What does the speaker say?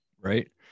Right